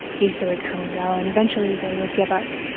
easter would come and go. and eventually, they would give up.